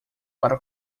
para